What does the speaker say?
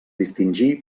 distingí